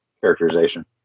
characterization